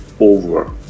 over